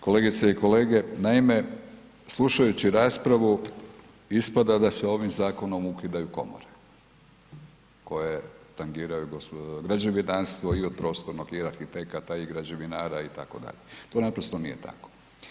Kolegice i kolege, naime slušajući raspravu ispada da se ovim zakonom ukidaju komore, koje tangiraju građevinarstvo i od prostornog i arhitekata i građevinara itd., to naprosto nije tako.